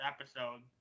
episode